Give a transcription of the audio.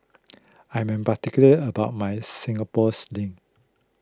I am particular about my Singapore Sling